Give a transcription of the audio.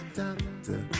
doctor